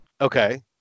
Okay